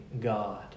God